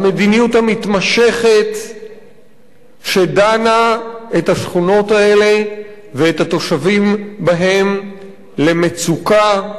המדיניות המתמשכת שדנה את השכונות האלה ואת התושבים בהן למצוקה,